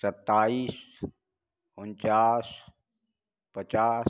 सत्ताईस उन्चास पचास